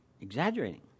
Exaggerating